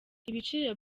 ibiciro